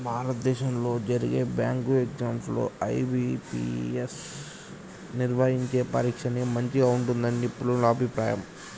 భారతదేశంలో జరిగే bank exams లో ఐ.బీ.పీ.ఎస్ నిర్వహించే పరీక్షనే మంచిగా ఉంటుందని నిపుణుల అభిప్రాయం